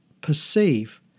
perceive